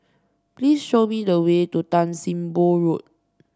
please show me the way to Tan Sim Boh Road